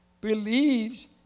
believes